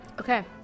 Okay